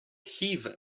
heather